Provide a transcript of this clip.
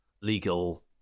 legal